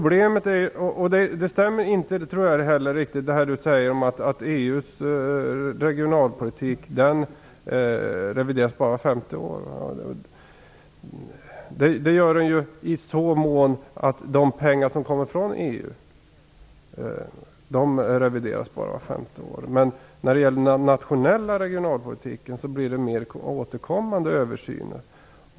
Jag tror inte att det som arbetsmarknadsministern säger om att EU:s regionalpolitik bara revideras vart femte år stämmer heller. De pengar som kommer från EU revideras bara vart femte år, men när det gäller den nationella regionalpolitiken blir det mer återkommande översyner.